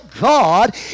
God